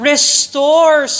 Restore